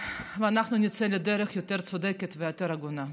ואנחנו נצא לדרך יותר צודקת ויותר הגונה.